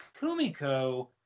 Kumiko